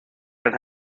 and